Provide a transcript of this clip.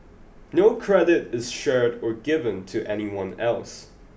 no credit is shared or given to anyone else